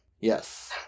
Yes